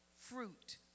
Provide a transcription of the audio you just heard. fruit